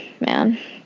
man